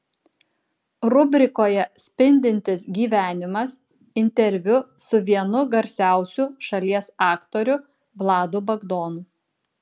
rubrikoje spindintis gyvenimas interviu su vienu garsiausių šalies aktorių vladu bagdonu